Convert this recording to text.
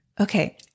Okay